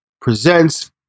presents